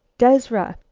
dezra!